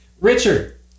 Richard